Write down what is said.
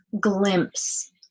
glimpse